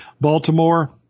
Baltimore